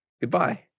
Goodbye